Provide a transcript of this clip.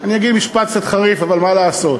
אני אגיד משפט קצת חריף, אבל מה לעשות: